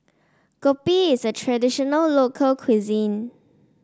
kopi is a traditional local cuisine